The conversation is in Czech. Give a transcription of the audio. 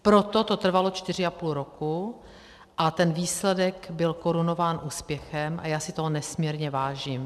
Proto to trvalo čtyři a půl roku a ten výsledek byl korunován úspěchem a já si toho nesmírně vážím.